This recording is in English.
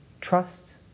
trust